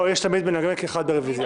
יש תמיד מנמק אחד ברביזיה.